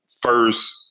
first